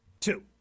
Two